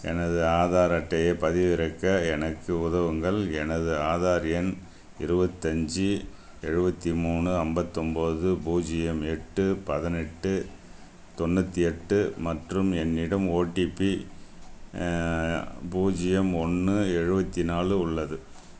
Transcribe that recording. எனது ஆதார் அட்டையைப் பதிவிறக்க எனக்கு உதவுங்கள் எனது ஆதார் எண் இருபத்து அஞ்சு எழுபத்தி மூணு ஐம்பத்து ஒன்போது பூஜ்ஜியம் எட்டு பதினெட்டு தொண்ணூற்றி எட்டு மற்றும் என்னிடம் ஓடிபி பூஜ்ஜியம் ஒன்று எழுபத்தி நாலு உள்ளது